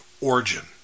origin